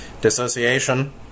Dissociation